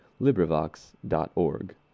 LibriVox.org